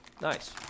nice